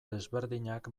desberdinak